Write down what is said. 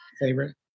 favorite